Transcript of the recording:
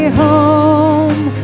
home